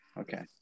Okay